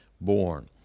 born